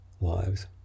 lives